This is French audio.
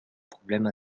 problème